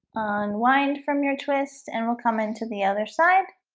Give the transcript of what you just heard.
unwind from your twist, and we'll come into the other side